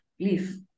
please